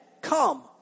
come